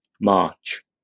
March